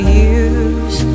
years